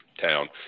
town